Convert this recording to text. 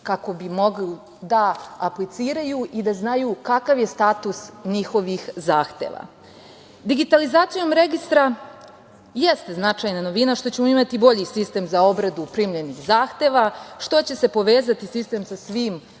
kako bi mogli da apliciraju i da znaju kakav je status njihovih zahteva. Digitalizacijom registra jeste značajna novina što ćemo imati bolji sistem za obradu primljenih zahteva, što će se povezati sistem sa svim